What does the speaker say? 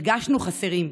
הרגשנו חסרים.